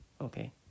okay